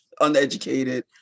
uneducated